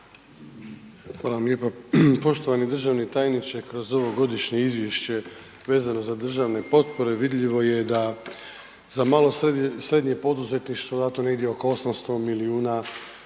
Hvala vam lijepa. Poštovani državni tajniče, kroz ovo godišnje izvješće vezano za državne potpore, vidljivo je da za malo i srednje poduzetništvo je dato negdje oko 800 milijuna